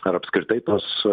ar apskritai tos